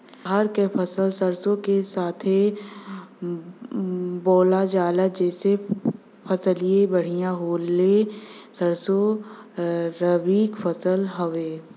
रहर क फसल सरसो के साथे बुवल जाले जैसे फसलिया बढ़िया होले सरसो रबीक फसल हवौ